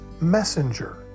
messenger